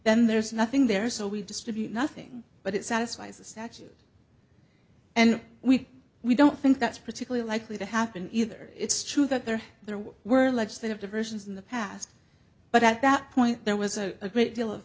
then there's nothing there so we distribute nothing but it satisfies the statute and we we don't think that's particularly likely to happen either it's true that they're there what were alleged to have diversions in the past but at that point there was a great deal of